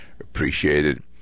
appreciated